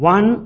One